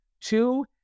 two-